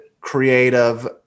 creative